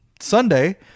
Sunday